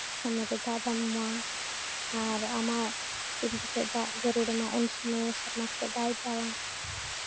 ᱥᱟᱢᱱᱮ ᱨᱮ ᱫᱟᱜ ᱵᱟᱢ ᱮᱢᱟᱜᱼᱟ ᱟᱨᱟᱢᱟᱜ ᱛᱤᱱ ᱡᱚᱠᱷᱮᱡ ᱫᱟᱜ ᱡᱟᱹᱨᱩᱲᱟᱢᱟ ᱩᱱ ᱥᱚᱢᱚᱭ ᱦᱚᱸ ᱥᱮᱨᱢᱟ ᱠᱷᱚᱡ ᱵᱟᱭ ᱫᱟᱜᱟ